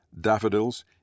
daffodils